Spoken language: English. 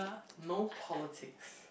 no politic